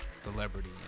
celebrity